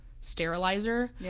sterilizer